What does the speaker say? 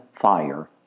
fire